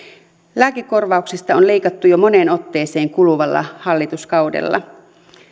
lääkekorvauksista on leikattu jo moneen otteeseen kuluvalla hallituskaudella